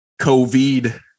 COVID